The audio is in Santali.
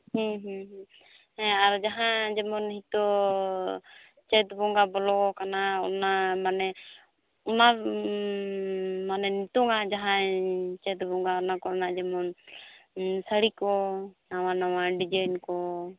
ᱦᱮᱸ ᱟᱨ ᱡᱟᱦᱟᱸ ᱡᱮᱢᱚᱱ ᱱᱤᱛᱳᱜ ᱪᱟᱹᱛ ᱵᱚᱸᱜᱟ ᱵᱚᱞᱚ ᱟᱠᱟᱱᱟ ᱚᱱᱟ ᱢᱟᱱᱮ ᱚᱱᱟ ᱢᱟᱱᱮ ᱱᱤᱛᱚᱝ ᱟᱜ ᱡᱟᱦᱟᱭ ᱪᱟᱹᱛ ᱵᱚᱸᱜᱟ ᱚᱱᱟ ᱠᱚᱨᱮᱱᱟᱜ ᱡᱮᱢᱚᱱ ᱥᱟᱹᱲᱤ ᱠᱚ ᱱᱟᱣᱟ ᱱᱟᱣᱟ ᱰᱤᱡᱟᱭᱤᱱ ᱠᱚ